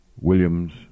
Williams